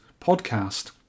podcast